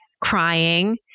crying